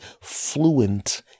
fluent